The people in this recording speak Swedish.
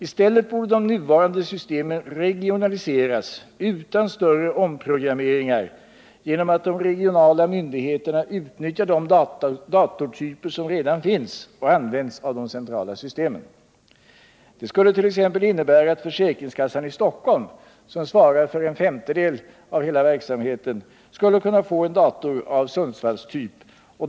I stället borde de nuvarande systemen regionaliseras utan större omprogrammeringar genom att de regionala myndigheterna utnyttjar de datortyper som redan används av de centrala systemen. Det skulle innebära att försäkringskassan i Stockholm, som svarar för en femtedel av den aktuella verksamheten, får en dator av Sundsvallstyp.